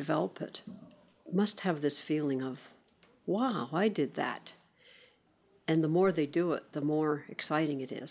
develop it must have this feeling of wow i did that and the more they do it the more exciting it is